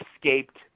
escaped